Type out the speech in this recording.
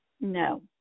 No